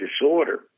disorder